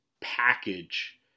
package